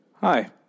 Hi